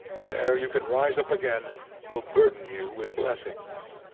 and ere you can rise up again will burden you with blessings.